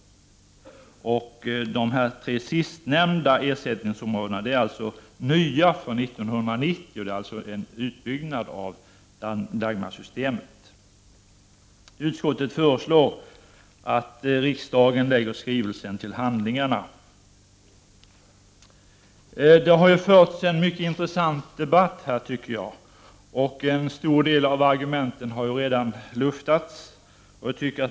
De tre sistnämnda ersättningsområdena är nya för 1990, dvs. en utbyggnad av Dagmarsystemet. Utskottet föreslår att riksdagen lägger skrivelsen till handlingarna. Jag tycker att det har förts en mycket intressant debatt här. En stor del av argumenten har redan luftats.